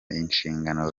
inshingano